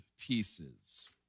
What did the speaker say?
pieces